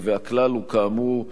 הכלל הוא, כאמור,